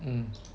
mm